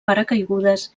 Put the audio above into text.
paracaigudes